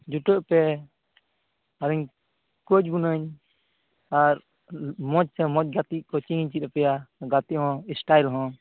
ᱡᱩᱴᱟᱹᱜ ᱯᱮ ᱟᱨᱤᱧ ᱠᱳᱪ ᱵᱚᱱᱟᱹᱧ ᱟᱨ ᱢᱚᱡᱽᱛᱮ ᱢᱚᱡᱽ ᱜᱟᱛᱮᱜ ᱠᱳᱪᱤᱝᱼᱤᱧ ᱪᱮᱫ ᱟᱯᱮᱭᱟ ᱜᱟᱛᱮᱜ ᱦᱚᱸ ᱥᱴᱟᱭᱤᱞ ᱦᱚᱸ